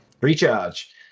recharge